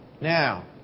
Now